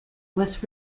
west